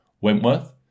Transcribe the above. Wentworth